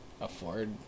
afford